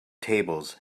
tables